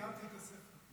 סיימתי את הספר.